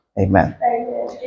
amen